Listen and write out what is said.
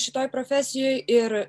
šitoj profesijoj ir